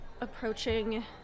approaching